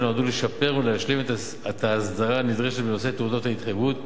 ונועדו לשפר ולהשלים את ההסדרה הנדרשת בנושא תעודות ההתחייבות,